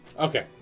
Okay